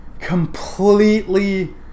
completely